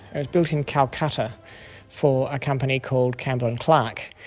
it was built in calcutta for a company called campbell and clark,